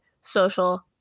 social